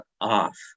off